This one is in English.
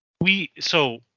we—so